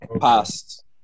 passed